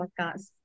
Podcast